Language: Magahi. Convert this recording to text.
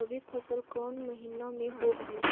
रबी फसल कोन महिना में होब हई?